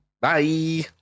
Bye